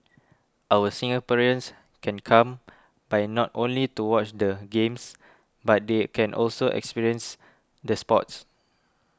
our Singaporeans can come by not only to watch the Games but they can also experience the sports